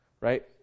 right